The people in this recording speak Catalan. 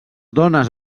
dones